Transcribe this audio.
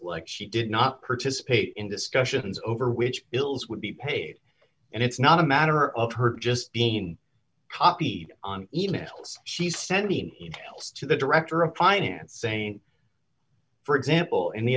like she did not participate in discussions over which bills would be paid and it's not a matter of her just being copied on e mails she's sending e mails to the director of finance aine for example in the